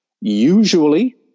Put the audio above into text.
Usually